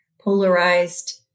polarized